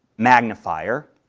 magnifier,